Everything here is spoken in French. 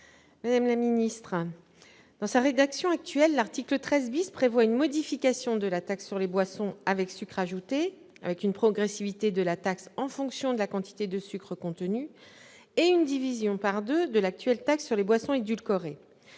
Mme Pascale Gruny. Dans sa rédaction actuelle, l'article 13 prévoit une modification de la taxe sur les boissons avec sucres ajoutés, une progressivité étant instaurée en fonction de la quantité de sucres contenus, et une division par deux de l'actuelle taxe sur les boissons édulcorées.